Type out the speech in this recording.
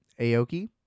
Aoki